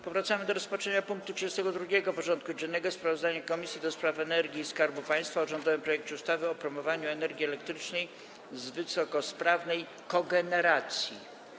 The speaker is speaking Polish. Powracamy do rozpatrzenia punktu 32. porządku dziennego: Sprawozdanie Komisji do Spraw Energii i Skarbu Państwa o rządowym projekcie ustawy o promowaniu energii elektrycznej z wysokosprawnej kogeneracji.